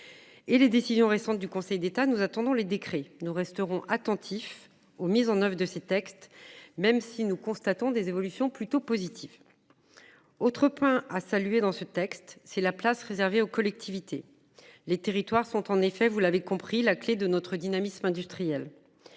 et les décisions récentes du Conseil d’État, nous attendons les décrets. Nous resterons attentifs à la mise en œuvre de ces textes, même si nous observons des évolutions plutôt positives. Autre point à saluer dans ce texte, la place réservée aux collectivités territoriales. Les territoires sont en effet, vous l’avez compris, la clef de notre dynamisme industriel.